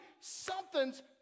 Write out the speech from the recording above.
something's